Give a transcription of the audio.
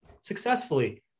successfully